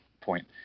point